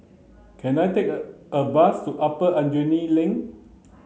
can I take a a bus to Upper Aljunied Link